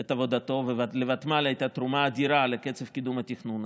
את עבודתו ולוותמ"ל הייתה תרומה אדירה לקצב קידום התכנון.